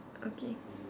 okay